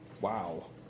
Wow